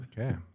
Okay